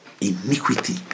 iniquity